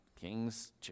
king's